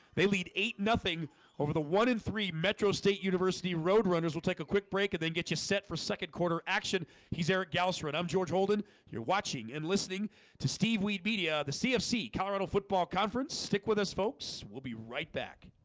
they lead eight. nothing over the one-in-three metro state university road runners we'll take a quick break and then get you set for second quarter action he's eric gasser and i'm george holden. you're watching and listening to steve wiebe media the cfc colorado football conference stick with us folks we'll be right back